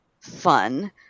fun